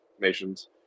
nations